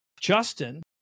Justin